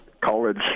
college